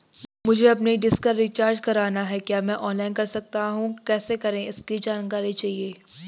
मुझे अपनी डिश का रिचार्ज करना है क्या मैं ऑनलाइन कर सकता हूँ कैसे करें इसकी जानकारी चाहिए?